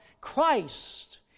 Christ